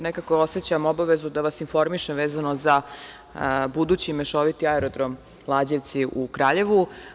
Nekako osećam obavezu da vas informišem vezano za budući mešoviti aerodrom Lađevci u Kraljevu.